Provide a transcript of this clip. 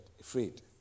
afraid